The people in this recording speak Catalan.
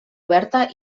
oberta